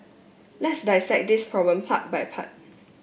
let's dissect this problem part by part